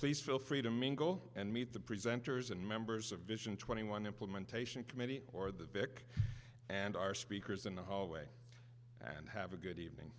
please feel free to mingle and meet the presenters and members of vision twenty one implementation committee or the vic and our speakers in the hallway and have a good evening